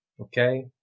Okay